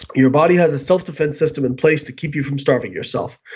your body has a self defense system in place to keep you from starving yourself.